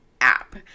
app